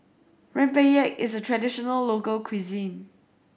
Rempeyek is a traditional local cuisine